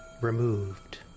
removed